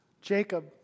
Jacob